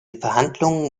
verhandlungen